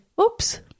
oops